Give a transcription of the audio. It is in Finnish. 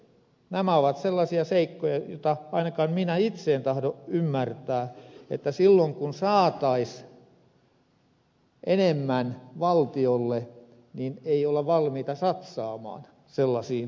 nämä ovat sellaisia seikkoja joita ainakaan minä itse en tahdo ymmärtää että silloin kun saataisiin enemmän valtiolle niin ei olla valmiita satsaamaan sellaisiin asioihin